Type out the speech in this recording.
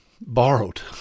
borrowed